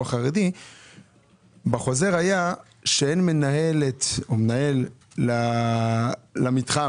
בחוזר היה שאין מנהלת או מנהל למתחם,